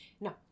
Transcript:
No